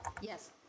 Yes